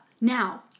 now